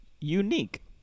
unique